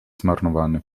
zmarnowany